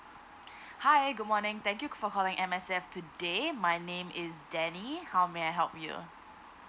hi good morning thank you for calling M_S_F today my name is dany how may I help you